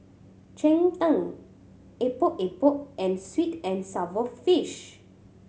cheng tng Epok Epok and sweet and sour fish